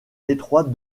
détroit